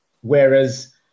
Whereas